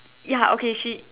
ya okay she